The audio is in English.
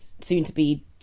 soon-to-be